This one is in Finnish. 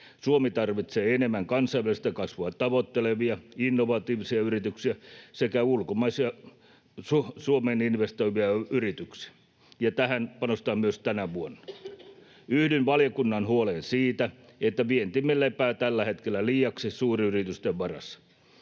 Suomi tarvitsee enemmän kansainvälistä kasvua tavoittelevia innovatiivisia yrityksiä sekä ulkomaisia Suomeen investoivia yrityksiä. Siksi Team Finland ‑verkoston kehittäminen on tärkeää. Tähän panostetaan myös tänä vuonna. Yhdyn valiokunnan huoleen siitä, että vientimme lepää tällä hetkellä liiaksi suuryritysten varassa.